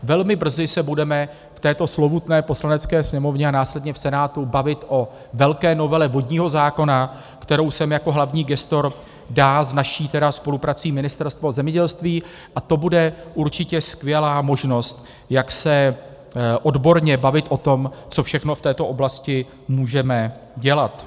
Velmi brzy se budeme v této slovutné Poslanecké sněmovně a následně v Senátu bavit o velké novele vodního zákona, kterou sem jako hlavní gestor dá s naší spoluprací Ministerstvo zemědělství, a to bude určitě skvělá možnost, jak se odborně bavit o tom, co všechno v této oblasti můžeme dělat.